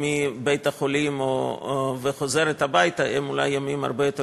מבית-החולים וחוזרת הביתה הם ימים הרבה יותר